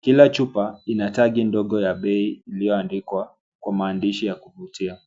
kila chupa inatagi ndogo ya bei iliyoandikwa kwa maandishi ya kuvutia.